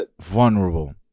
vulnerable